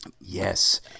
Yes